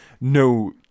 no